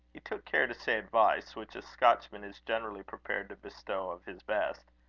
he took care to say advice, which a scotchman is generally prepared to bestow of his best.